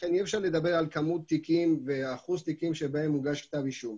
לכן אי אפשר לדבר על כמות תיקים ואחוז תיקים בהם הוגש כתב אישום.